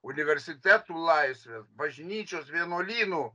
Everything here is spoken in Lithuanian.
universitetų laisvės bažnyčios vienuolynų